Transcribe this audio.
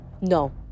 No